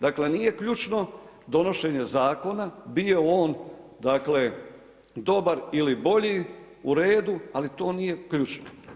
Dakle, nije ključno donošenje zakona, bio on dakle, dobar ili bolji, u redu, ali to nije ključno.